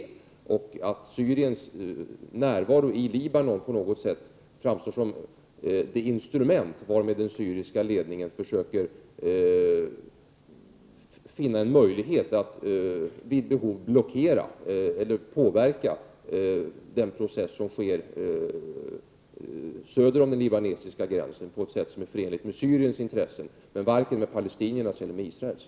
Syriens närvaro i Libanon framstår som ett instrument varmed den syriska ledningen försöker finna möjligheter att vid behov påverka den process som sker söder om den libanesiska gränsen på ett sätt som är förenligt med Syriens intressen, men varken med palestiniernas eller med Israels.